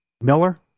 Miller